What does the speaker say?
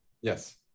Yes